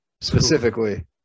specifically